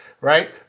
Right